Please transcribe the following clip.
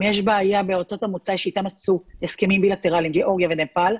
אם יש בעיה בארצות המוצא שאיתם עשו הסכמים בילטרליים גיאוגרפיה ונפאל,